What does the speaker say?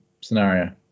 scenario